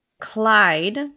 Clyde